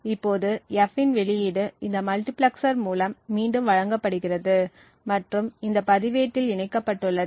இப்போது F இன் வெளியீடு இந்த மல்டிபிளெக்சர் மூலம் மீண்டும் வழங்கப்படுகிறது மற்றும் இந்த பதிவேட்டில் இணைக்கப்பட்டுள்ளது